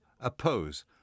oppose